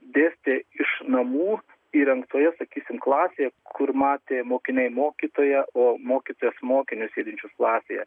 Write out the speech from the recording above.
dėstė iš namų įrengtoje sakysim klasėje kur matė mokiniai mokytoją o mokytojas mokinius sėdinčius klasėje